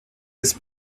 ist